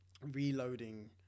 reloading